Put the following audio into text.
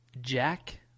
Jack